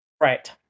Right